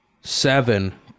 seven